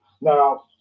Now